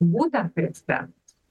būtent prezidentas